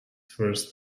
first